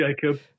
Jacob